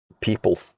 People